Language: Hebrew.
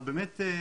אנחנו באמת מרגישים